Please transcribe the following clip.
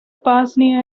bosnia